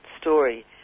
story